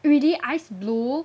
really ice blue